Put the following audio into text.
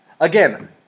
Again